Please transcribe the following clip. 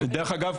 דרך אגב,